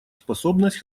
способность